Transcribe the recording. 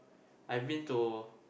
I've been to